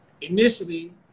initially